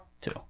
Two